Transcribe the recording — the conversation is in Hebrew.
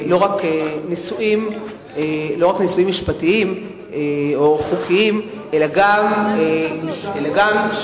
לא רק נישואים משפטיים או חוקיים אלא גם שהות